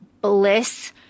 bliss